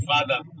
Father